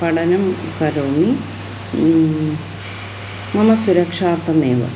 पठनं करोमि मम सुरक्षार्थमेव